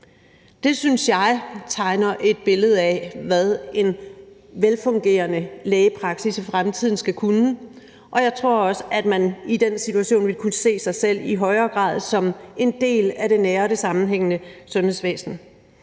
Det synes jeg tegner et billede af, hvad en velfungerende lægepraksis i fremtiden skal kunne, og jeg tror også, at man i den situation i højere grad ville kunne se sig selv som en del af det nære og sammenhængende sundhedsvæsen.